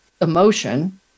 emotion